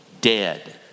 dead